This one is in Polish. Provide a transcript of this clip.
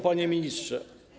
Panie Ministrze!